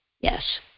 yes